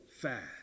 fast